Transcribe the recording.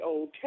Old